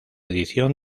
edición